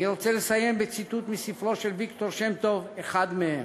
אני רוצה לסיים בציטוט מספרו של ויקטור שם-טוב "אחד מהם",